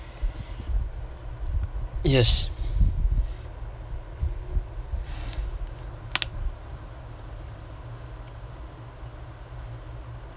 yes